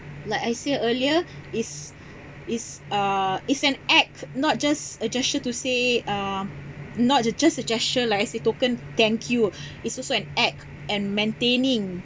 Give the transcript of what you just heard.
like I said earlier it's it's a it's an act not just a gesture to say uh not a just a gesture like I said token thank you it's also an act and maintaining